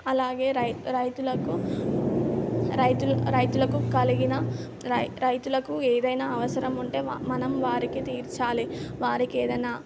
అలాగే రై రైతులకు రైతు రైతులకు కలిగిన రై రైతులకు ఏదైనా అవసరం ఉంటే మనం వారికి తీర్చాలి వారికి ఏదైనా